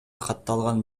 катталган